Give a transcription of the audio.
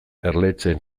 erletxeen